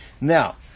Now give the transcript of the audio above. Now